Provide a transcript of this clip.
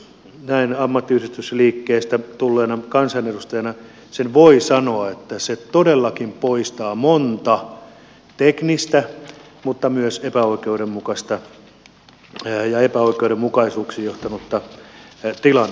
näin ammattiyhdistysliikkeestä tulleena kansanedustajana sen voi sanoa että se todellakin poistaa monta teknistä mutta myös epäoikeudenmukaista ja epäoikeudenmukaisuuksiin johtanutta tilannetta